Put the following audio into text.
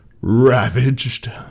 ravaged